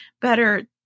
better